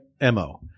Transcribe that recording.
MO